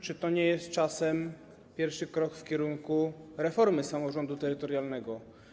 Czy to nie jest czasem pierwszy krok w kierunku reformy samorządu terytorialnego?